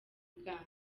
uganda